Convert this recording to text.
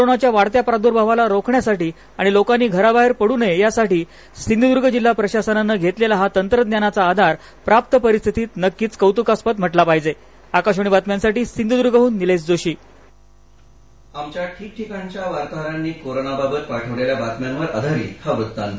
कोरोनाच्या वाढत्या प्रादुर्भावाला रोखण्यासाठी आणि लोकांनी घराबाहेर पडू नये यासाठी सिंधुदुर्ग जिल्हा प्रशासनान घेतलेला हा तंत्रज्ञानाचा आधार प्राप्त परिस्थितीत नक्कीच कौतुकास्पद म्हटला पाहिजे आमच्या ठिकठिकाणच्या वार्ताहरांनी कोरोनाबाबत पाठविलेल्या बातम्यांवर आधारित हा वृत्तांत